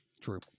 true